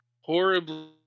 horribly